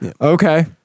Okay